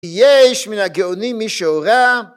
‫יש מן הגאונים מי שהורה